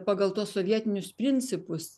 pagal tuos sovietinius principus